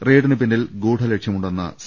റെയ്ഡിന് പിന്നിൽ ഗൂഢലക്ഷ്യമുണ്ടെന്ന സി